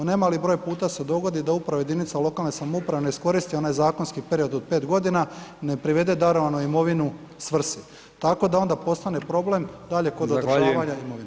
Nemali broj puta se dogodi da upravo jedinica lokalne samouprave ne iskoristi onaj zakonski period od 5.g., ne privede darovanu imovinu svrsi, tako da onda postane problem dalje kod [[Upadica: Zahvaljujem]] održavanja imovine.